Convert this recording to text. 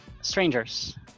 strangers